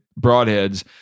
broadheads